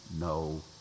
no